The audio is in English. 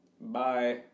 Bye